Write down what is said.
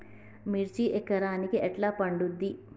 మిర్చి ఎకరానికి ఎట్లా పండుద్ధి?